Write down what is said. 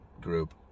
group